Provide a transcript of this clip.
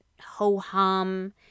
ho-hum